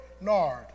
nard